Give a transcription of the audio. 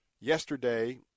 yesterday